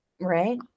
right